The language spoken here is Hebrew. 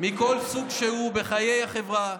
מכל סוג שהוא בחיי החברה,